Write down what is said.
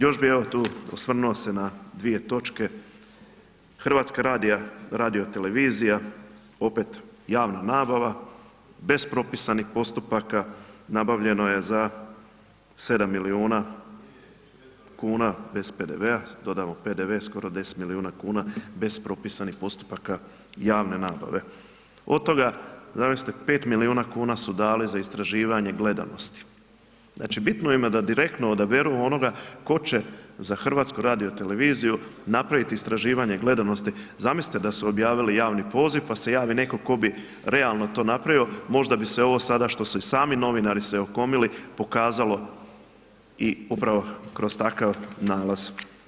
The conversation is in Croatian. Još bi evo tu, osvrnuo se na dvije točke, HRT opet javna nabava, bez propisanih postupaka nabavljeno je za 7 milijuna kuna, bez PDV-a, dodan PDV skoro 10 milijuna kuna bez propisanih postupaka javne nabave, od toga, zamislite, 5 milijuna kuna su dali za istraživanje gledanosti, znači, bitno im je da direktno odaberu onoga tko će za HRT napraviti istraživanje gledanosti, zamislite da su objavili javni poziv, pa se javi netko tko bi realno to napravio, možda bi se ovo sada što su i sami novinari se okomili, pokazali i upravo kroz takav nalaz.